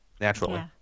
naturally